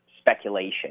speculation